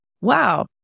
wow